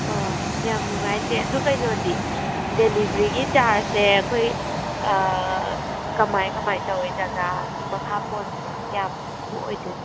ꯌꯥꯝ ꯅꯨꯡꯉꯥꯏ ꯆꯦ ꯑꯗꯨ ꯀꯩꯅꯣꯗꯤ ꯗꯦꯂꯤꯕ꯭ꯔꯤꯒꯤ ꯆꯥꯔꯖꯁꯦ ꯑꯩꯈꯣꯏ ꯀꯃꯥꯏꯅ ꯀꯃꯥꯏꯅ ꯇꯧꯏ ꯖꯒꯥꯒꯤ ꯃꯈꯥ ꯄꯣꯟꯕ꯭ꯔꯥ ꯀꯌꯥꯃꯨꯛ ꯑꯣꯏꯗꯣꯏꯅꯣ